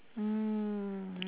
mm